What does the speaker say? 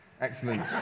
Excellent